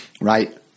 right